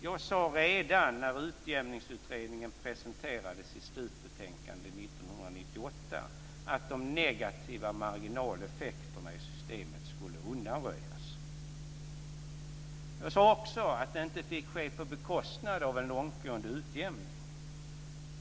Jag sade redan när utjämningsutredningen presenterade sitt slutbetänkande 1998 att de negativa marginaleffekterna i systemet skulle undanröjas. Jag sade också att det inte fick ske på bekostnad av en långtgående utjämning.